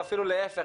ואפילו להפך,